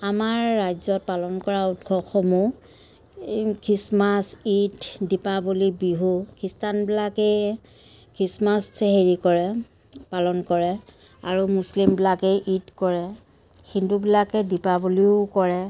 আমাৰ ৰাজ্যত পালন কৰা উৎসৱসমূহ এই খ্ৰীষ্টমাছ ঈদ দীপাৱলী বিহু খ্ৰীষ্টানবিলাকে খ্ৰীষ্টমাছ হেৰি কৰে পালন কৰে আৰু মুছলীমবিলাকে ঈদ কৰে হিন্দুবিলাকে দীপাৱলীও কৰে